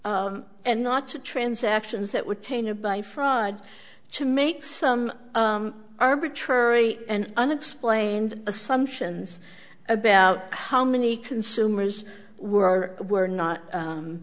and not to transactions that were tainted by fraud to make some arbitrary and unexplained assumptions about how many consumers were were not